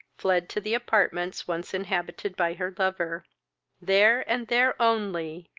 fled to the apartments once inhabited by her lover there, and there only,